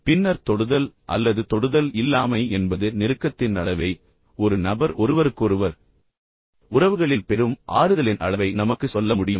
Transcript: பின்னர் தொடுதல் அல்லது தொடுதல் இல்லாமை என்பது நெருக்கத்தின் அளவை ஒரு நபர் ஒருவருக்கொருவர் உறவுகளில் பெறும் ஆறுதலின் அளவை நமக்குச் சொல்ல முடியும்